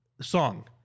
song